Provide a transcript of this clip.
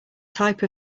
type